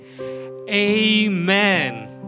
amen